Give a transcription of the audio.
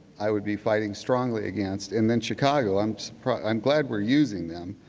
i would be fighting strongly against, and then chicago, i'm so i'm glad we are using them,